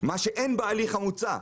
מה שאין בהליך המוצע.